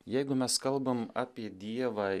jeigu mes kalbam apie dievą